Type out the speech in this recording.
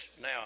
now